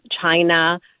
China